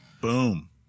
boom